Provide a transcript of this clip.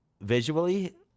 visually